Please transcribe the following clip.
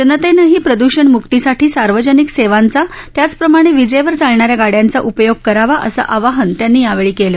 जनतेनंही प्रद्षण मुक्तीसाठी सार्वजनिक सेवांचा त्याचप्रमाणे विजेवर चालणा या गाड्यांचा उपयोग करावा असं आवाहन त्यांनी यावेळी केलं